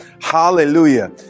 hallelujah